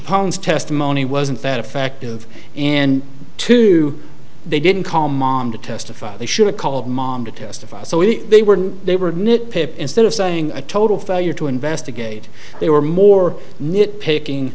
testimony wasn't that effective and two they didn't call mom to testify they should've called mom to testify so if they were they were nit pick instead of saying a total failure to investigate they were more nit picking